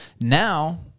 Now